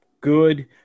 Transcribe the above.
good